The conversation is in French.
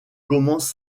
commence